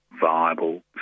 viable